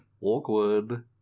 awkward